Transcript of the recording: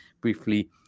briefly